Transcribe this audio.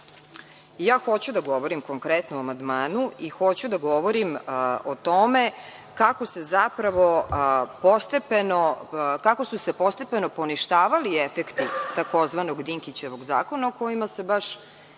Ja hoću da govorim konkretno o amandmanu i hoću da govorim o tome kako su se zapravo postepeno poništavali efekti tzv. Dinkićevog zakona o kojima se baš